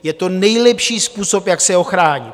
Je to nejlepší způsob, jak se ochránit.